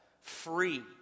free